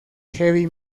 heavy